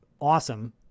awesome